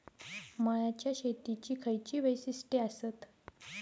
मळ्याच्या शेतीची खयची वैशिष्ठ आसत?